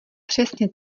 přesně